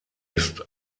ist